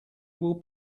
will